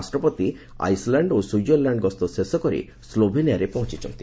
ରାଷ୍ଟ୍ରପତି ଆଇସ୍ଲ୍ୟାଣ୍ଡ ଓ ସୁଇଜରଲ୍ୟାଣ୍ଡ ଗସ୍ତ ଶେଷକରି ସ୍ଲୋଭେନିଆରେ ପହଞ୍ଚ୍ଚ ଛନ୍ତି